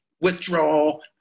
withdrawal